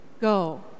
Go